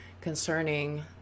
concerning